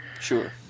Sure